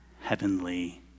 heavenly